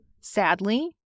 sadly